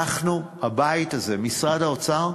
אנחנו, הבית הזה, משרד האוצר,